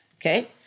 Okay